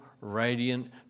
radiant